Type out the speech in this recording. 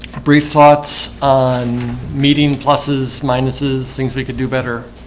brief thoughts on meeting pluses minuses things we could do better